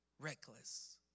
reckless